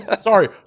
sorry